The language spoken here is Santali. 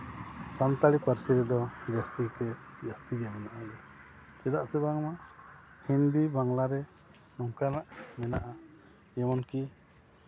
ᱥᱟᱱᱛᱟᱲᱤ ᱯᱟᱹᱨᱥᱤ ᱨᱮᱫᱚ ᱡᱟᱹᱥᱛᱤᱜᱮ ᱡᱟᱹᱥᱛᱤ ᱧᱮᱞᱚᱜᱼᱟ ᱪᱮᱫᱟᱜ ᱥᱮ ᱵᱟᱝᱢᱟ ᱦᱤᱱᱫᱤ ᱵᱟᱝᱞᱟᱨᱮ ᱱᱚᱝᱠᱟᱱᱟᱜ ᱢᱮᱱᱟᱜᱼᱟ ᱡᱮᱢᱚᱱ ᱠᱤ